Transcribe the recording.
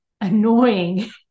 annoying